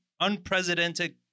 unprecedented